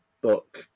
book